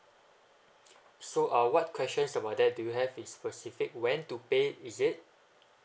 so ah what questions about that do you have a specific when to pay is it